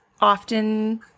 often